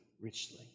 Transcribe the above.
richly